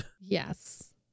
Yes